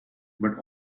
but